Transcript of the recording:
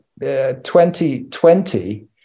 2020